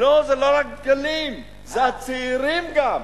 לא, זה לא רק דגלים, זה הצעירים גם.